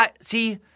See